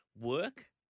work